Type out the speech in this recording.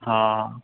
हा